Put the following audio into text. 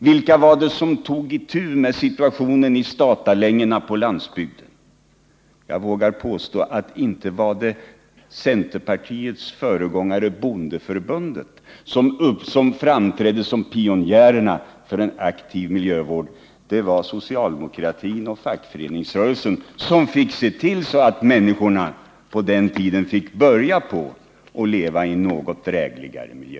Vilka var det som tog itu med situationen i statarlängorna på landsbygden? Inte var det centerpartiets föregångare bondeförbundet som framträdde som pionjär för en aktiv miljövård. Det var socialdemokratin och fackföreningsrörelsen som fick se till, att människorna på den tiden fick börja leva i något drägligare miljö.